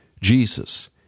Jesus